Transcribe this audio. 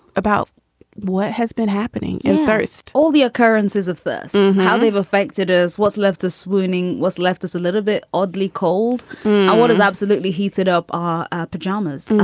about what has been happening in first all the occurrences of this and how they've affected us, what's left us swooning, what's left us a little bit oddly cold i what is absolutely heated up. are ah pajamas.